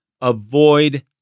avoid